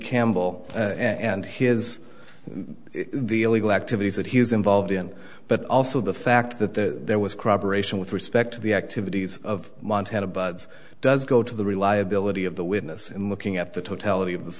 campbell and his the illegal activities that he was involved in but also the fact that the there was cooperation with respect to the activities of montana but it does go to the reliability of the witness in looking at the totality of